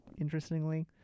interestingly